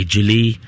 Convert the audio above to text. Julie